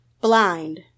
Blind